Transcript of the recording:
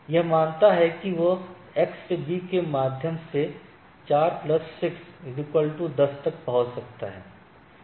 यह मानता है कि यह X से B के माध्यम से 4 6 10 तक पहुंच सकता है